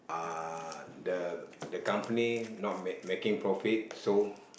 uh the the company not make making profit so